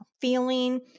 feeling